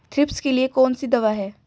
Thrips के लिए कौन सी दवा है?